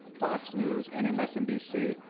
fox news and and msnbc,